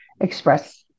express